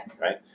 Right